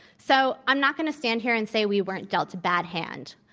so i'm not going to stand here and say we weren't dealt a bad hand.